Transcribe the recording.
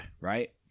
Right